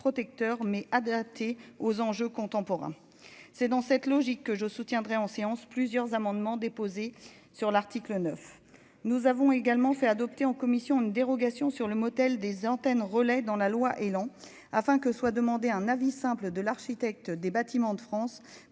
mais adaptée aux enjeux contemporains, c'est dans cette logique que je soutiendrai en séance plusieurs amendements déposés sur l'article 9, nous avons également fait adopter en commission de dérogation, sur le modèle des antennes relais dans la loi et long. Afin que soit demander un avis simple de l'architecte des Bâtiments de France